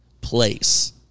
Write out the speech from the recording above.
place